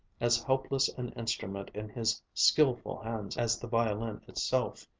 as helpless an instrument in his skilful hands as the violin itself,